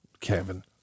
Kevin